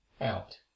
out